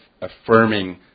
affirming